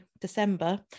december